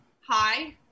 Hi